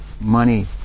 money